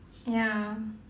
ya